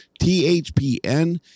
THPN